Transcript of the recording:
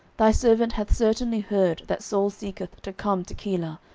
thy servant hath certainly heard that saul seeketh to come to keilah,